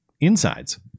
insides